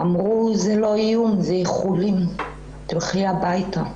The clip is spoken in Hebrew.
אמרו שזה לא איום, זה איחולים, תלכי הביתה.